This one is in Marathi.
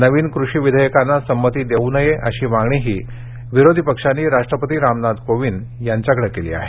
नवीन कृषी विधेयकांना समती देऊ नये अशी मागणीही विरोधी पक्षांनी राष्ट्रपती रामनाथ कोविंद यांच्याकडे केली आहे